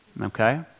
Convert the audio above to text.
okay